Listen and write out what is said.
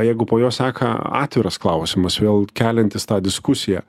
jeigu po jo seka atviras klausimas vėl keliantis tą diskusiją